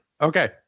Okay